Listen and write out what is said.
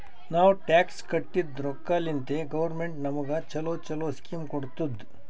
ನಾವ್ ಟ್ಯಾಕ್ಸ್ ಕಟ್ಟಿದ್ ರೊಕ್ಕಾಲಿಂತೆ ಗೌರ್ಮೆಂಟ್ ನಮುಗ ಛಲೋ ಛಲೋ ಸ್ಕೀಮ್ ಕೊಡ್ತುದ್